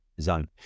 zone